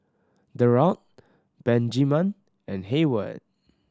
Derald Benjiman and Heyward